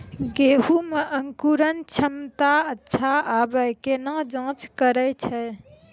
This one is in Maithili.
गेहूँ मे अंकुरन क्षमता अच्छा आबे केना जाँच करैय छै?